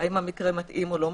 האם המקרה מתאים או לא.